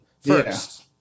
first